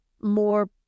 more